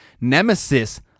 Nemesis